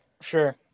Sure